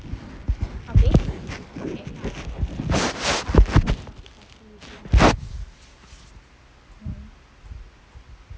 abeh